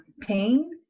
pain